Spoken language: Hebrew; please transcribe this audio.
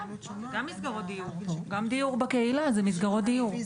גם דיור בקהילה זה מסגרות דיור.